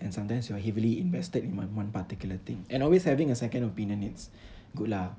and sometimes you are heavily invested in one one particular thing and always having a second opinion it's good lah